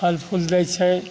फल फूल दै छै